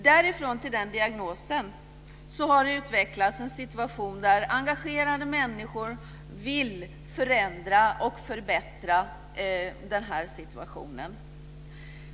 Utifrån den diagnosen har det utvecklats en situation där engagerade människor vill förändra och förbättra förhållandena.